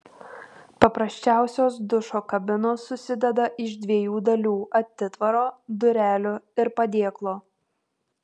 paprasčiausios dušo kabinos susideda iš dviejų dalių atitvaro durelių ir padėklo